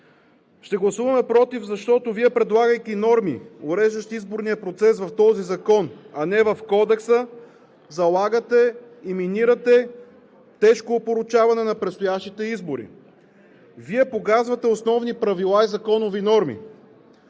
Ще гласуваме против, защото Вие, предлагайки норми, уреждащи изборния процес в този закон, а не в Кодекса, залагате и минирате тежко опорочаване на предстоящите избори. Вие погазвате основни правила и законови норми.